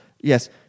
Yes